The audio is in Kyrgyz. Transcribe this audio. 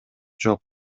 жок